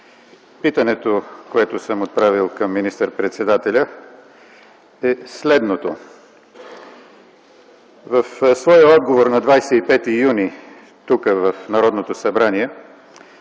Питането, което съм отправил към министър-председателя, е следното. В своя отговор на 25 юни 2010 г. тук, в Народното събрание,